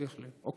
אז